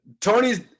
Tony's